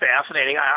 fascinating